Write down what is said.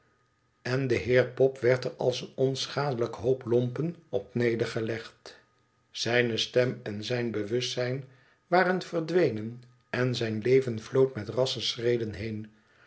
en de heer pop werd er als een onschadelijk hoop lompen op nedergelegd zijne stem en zijn bewustzijn waren verdwenen en zijn leven vlood roet rassche schreden heen